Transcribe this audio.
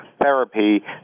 therapy